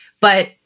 But-